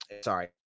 sorry